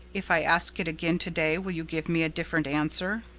if i ask it again today will you give me a different answer?